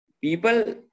people